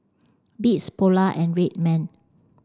beats Polar and Red Man